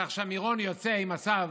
כך שמירון יוצא עם מצב